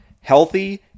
healthy